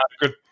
good